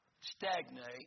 stagnate